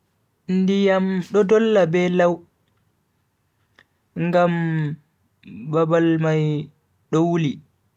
Ndiyam do dolla be lau ngam babal mai do wuli.